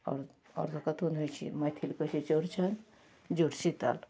आओर आओर तऽ कतौ नहि होइ छै मैथिलके होइ छै चौड़चन जुड़शीतल